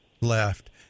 left